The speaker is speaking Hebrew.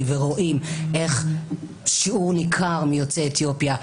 ורואים איך שיעור ניכר מיוצאי אתיופיה,